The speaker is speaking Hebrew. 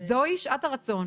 זוהי שעת הרצון.